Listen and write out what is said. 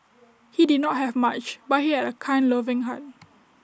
he did not have much but he had A kind loving heart